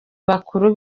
bakuru